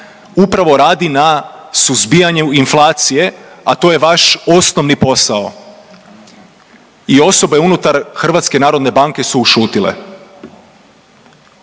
upravo radi na suzbijanju inflacije, a to je vaš osnovni posao. I osobe unutar Hrvatske narodne banke su ušutile,